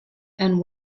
and